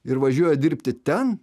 ir važiuoja dirbti ten